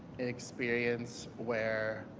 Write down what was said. experience where